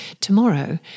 tomorrow